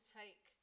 take